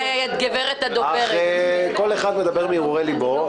כל אחד מדבר מהרהורי לבו.